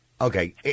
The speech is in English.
Okay